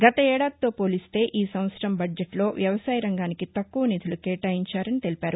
గతేడాదితో పోలిస్తే ఈ సంవత్సరం బద్జెట్ లో వ్యవసాయ రంగానికి తక్కువ నిధులు కేటాయించారని తెలిపారు